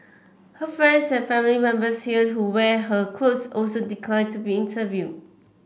her friends and family members here who wear her clothes also declined to be interviewed